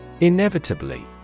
Inevitably